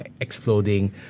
exploding